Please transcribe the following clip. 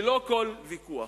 ללא כל ויכוח.